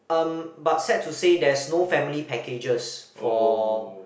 um but sad to say there's no family packages for